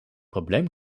probleem